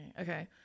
Okay